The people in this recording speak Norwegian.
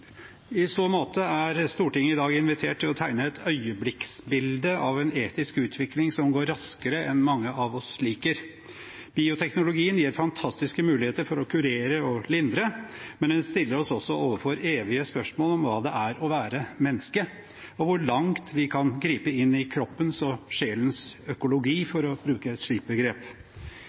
I så måte er Stortinget i dag invitert til å tegne et øyeblikksbilde av en etisk utvikling som går raskere enn mange av oss liker. Bioteknologien gir fantastiske muligheter for å kurere og lindre, men den stiller oss også overfor evige spørsmål om hva det er å være menneske, og hvor langt vi kan gripe inn i kroppens og sjelens økologi, for å bruke et